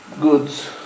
goods